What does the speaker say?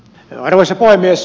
arvoisa puhemies